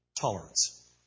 Tolerance